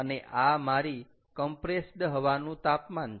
અને આ મારી કમ્પ્રેસ્ડ હવાનું તાપમાન છે